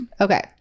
okay